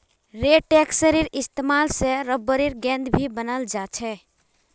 लेटेक्सेर इस्तेमाल से रबरेर गेंद भी बनाल जा छे